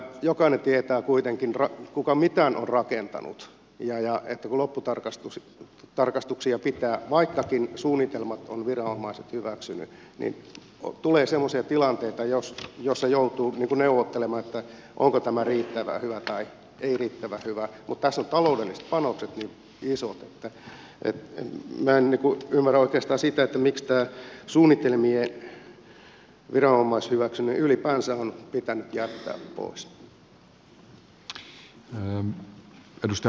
jokainen tietää kuitenkin kuka mitään on rakentanut että kun lopputarkastuksia pitää vaikkakin suunnitelmat ovat viranomaiset hyväksyneet niin tulee semmoisia tilanteita joissa joutuu neuvottelemaan onko tämä riittävän hyvä vai ei riittävän hyvä mutta tässä on taloudelliset panokset niin isot että minä en ymmärrä oikeastaan sitä miksi tämä suunnitelmien viranomaishyväksyminen ylipäänsä on pitänyt jättää pois